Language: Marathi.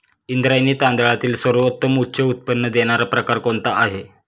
इंद्रायणी तांदळातील सर्वोत्तम उच्च उत्पन्न देणारा प्रकार कोणता आहे?